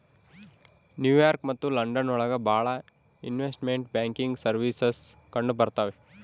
new York ಮತ್ತು London ಒಳಗ ಭಾಳ ಇನ್ವೆಸ್ಟ್ಮೆಂಟ್ ಬ್ಯಾಂಕಿಂಗ್ ಸರ್ವೀಸಸ್ ಕಂಡುಬರ್ತವೆ